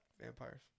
vampires